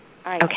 Okay